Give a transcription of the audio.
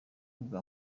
bwa